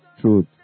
truth